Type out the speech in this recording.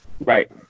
Right